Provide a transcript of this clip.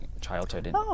childhood